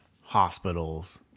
hospital's